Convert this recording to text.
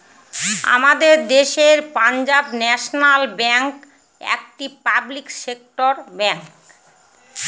আমাদের দেশের Punjab National Bank একটি পাবলিক সেক্টর ব্যাঙ্ক